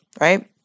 right